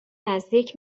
نزدیک